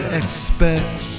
expect